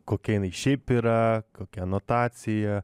kokia jinai šiaip yra kokia anotacija